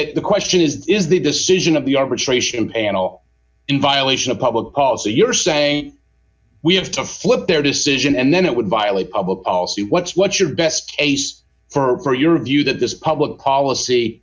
it the question is is the decision of the arbitration panel in violation of public policy you're saying we have to flip their decision and then it would violate public policy what's what's your best case for your view that this public policy